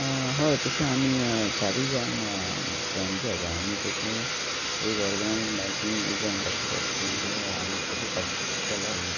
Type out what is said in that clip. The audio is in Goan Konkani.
हय तशें आमी चारीय जाण फ्रॅंड जे आसा आमी तशे एक ऑर्गनायझ्ड बायकींग इवँट आशिल्लो तितून ते आमी तशें पार्टिसिपेट केले ही